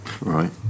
Right